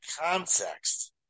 context